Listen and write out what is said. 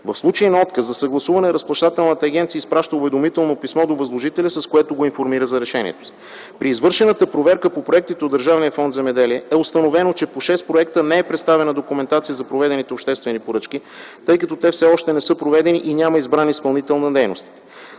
В случай на отказ за съгласуване, Разплащателната агенция изпраща уведомително писмо до възложителя, с което го информира за решението си. При извършената проверка по проектите от Държавен фонд „Земеделие” е установено, че по 6 проекта не е представена документация за проведените обществени поръчки, тъй като те все още не са проведени и няма избран изпълнител за дейностите.